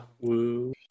woo